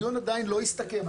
הדיון עדיין לא הסתיים.